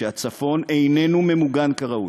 שהצפון איננו ממוגן כראוי.